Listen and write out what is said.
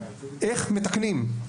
איך מתקנים,